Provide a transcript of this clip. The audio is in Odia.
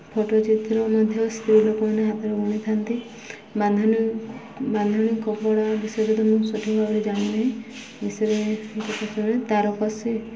ପଟ୍ଟଚିତ୍ର ମଧ୍ୟ ସ୍ତ୍ରୀ ଲୋକମାନେ ହାତରେ ବୁଣିଥାନ୍ତି ବାନ୍ଧଣୀ ବାନ୍ଧଣୀ କପଡ଼ା ବିଷୟରେ ତ ମୁଁ ସଠିକ୍ ଭାବେ ଜାଣିନାହିଁ ବିଷୟରେ ତାରକାସି